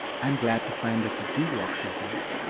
i'm glad to find that you do walk sometimes.